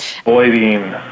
avoiding